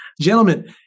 Gentlemen